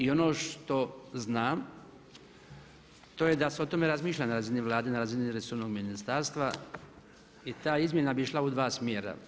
I ono što znam to je da se o tome razmišlja na razini Vlade, na razini resornog ministarstva i ta izmjena bi išla u dva smjera.